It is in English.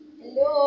hello